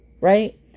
right